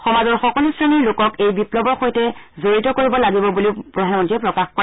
সমাজৰ সকলো শ্ৰেণীৰ লোকক এই বিগ্লৱৰ সৈতে জড়িত কৰিব লাগিব বুলিও প্ৰধানমন্ত্ৰীয়ে প্ৰকাশ কৰে